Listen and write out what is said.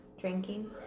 drinking